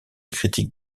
critiques